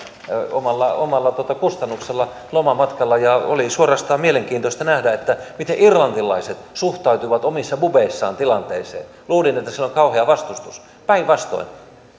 omalla omalla kustannuksellani lomamatkalla ja oli suorastaan mielenkiintoista nähdä miten irlantilaiset suhtautuivat omissa pubeissaan tilanteeseen luulin että siellä on kauhea vastustus päinvastoin